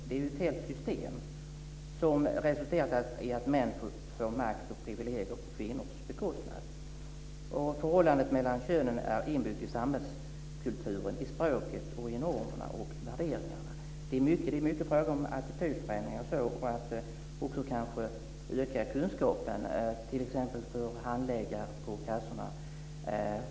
Det är ett helt system som resulterar i att män får makt och privilegier på kvinnors bekostnad. Förhållandet mellan könen är inbyggt i samhällskulturen, i språket och i normerna och värderingarna. Det är mycket en fråga om attitydförändringar och kanske också om att öka kunskapen hos t.ex. handläggare på kassorna.